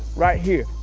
right here.